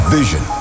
vision